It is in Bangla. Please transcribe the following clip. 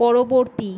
পরবর্তী